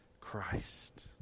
Christ